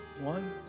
One